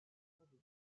ajoutés